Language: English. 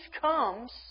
comes